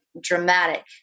dramatic